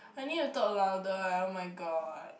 I need to talk louder eh [oh]-my-god